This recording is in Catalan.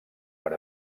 per